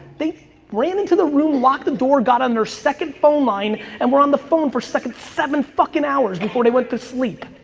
they ran into the room, locked the door, got on their second phone line and were on the phone for seven fuckin' hours before they went to sleep.